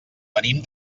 venim